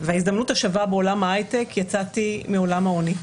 וההזדמנות השווה בעולם ההייטק יצאתי מעולם העוני.